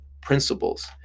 principles